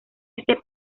este